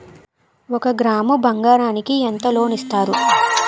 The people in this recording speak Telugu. ఒక గ్రాము బంగారం కి ఎంత లోన్ ఇస్తారు?